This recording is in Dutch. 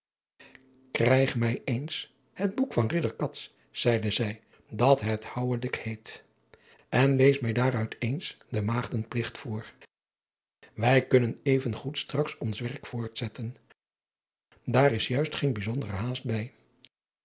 krijg mij eens het boek van ridder cats zeide zij dat het houwelick heet en lees mij daaruit eens den maagdenpligt voor wij kunnen even goed straks ons werk voortzetten daar is juist geen bijzondere haast bij